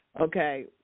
Okay